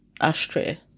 ashtray